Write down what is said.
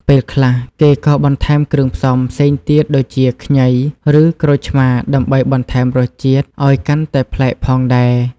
ពេលខ្លះ គេក៏បន្ថែមគ្រឿងផ្សំផ្សេងទៀតដូចជាខ្ញី ឬក្រូចឆ្មារដើម្បីបន្ថែមរសជាតិឲ្យកាន់តែប្លែកផងដែរ។